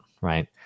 Right